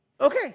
Okay